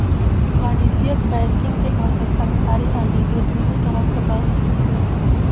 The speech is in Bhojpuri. वाणिज्यक बैंकिंग के अंदर सरकारी आ निजी दुनो तरह के बैंक शामिल होला